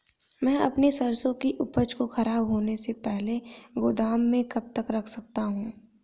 मैं अपनी सरसों की उपज को खराब होने से पहले गोदाम में कब तक रख सकता हूँ?